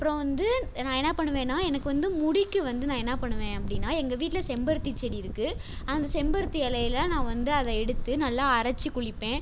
அப்புறம் வந்து நான் என்ன பண்ணுவேன்னா எனக்கு வந்து முடிக்கு வந்து நான் என்ன பண்ணுவேன் அப்படின்னா எங்கள் வீட்டில் செம்பருத்திச் செடி இருக்குது அந்த செம்பருத்தி இலையில நான் வந்து அதை எடுத்து நல்ல அரைத்து குளிப்பேன்